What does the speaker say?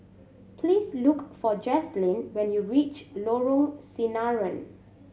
please look for Jazlynn when you reach Lorong Sinaran